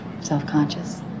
self-conscious